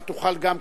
אתה תוכל גם,